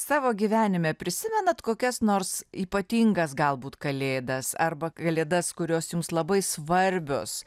savo gyvenime prisimenat kokias nors ypatingas galbūt kalėdas arba kalėdas kurios jums labai svarbios